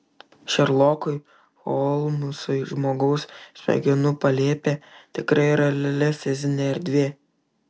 šerlokui holmsui žmogaus smegenų palėpė tikrai yra reali fizinė erdvė